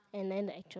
and then the actual